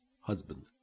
husband